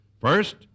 First